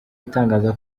itangaza